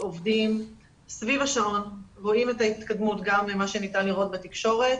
עובדים סביב השעון ורואים את ההתקדמות כפי שגם ניתן לראות בתקשורת.